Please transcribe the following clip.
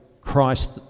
Christ